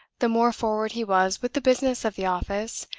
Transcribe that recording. the more forward he was with the business of the office,